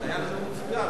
זה היה נאום מצוין.